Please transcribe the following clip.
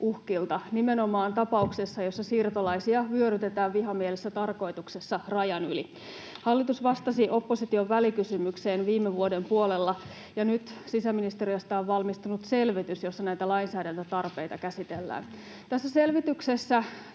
nimenomaan tapauksessa, jossa siirtolaisia vyörytetään vihamielisessä tarkoituksessa rajan yli. Hallitus vastasi opposition välikysymykseen viime vuoden puolella, ja nyt sisäministeriöstä on valmistunut selvitys, jossa näitä lainsäädäntötarpeita käsitellään. Tässä selvityksessä